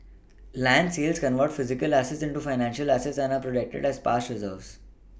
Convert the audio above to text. land sales convert physical assets into financial assets and are a protected as past Reserves